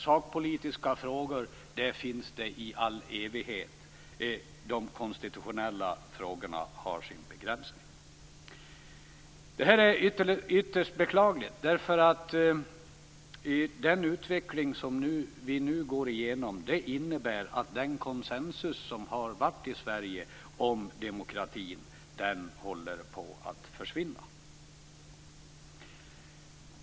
Sakpolitiska frågor finns det i all evighet, men de konstitutionella frågorna har sin begränsning. Detta är ytterst beklagligt. Den utveckling som vi nu går igenom innebär att den konsensus som har varit i Sverige om demokratin håller på att försvinna.